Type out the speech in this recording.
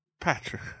Patrick